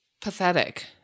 pathetic